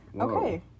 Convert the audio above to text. okay